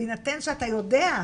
בהינתן שאתה יודע,